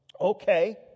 okay